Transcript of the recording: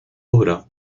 obra